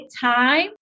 time